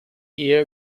ehe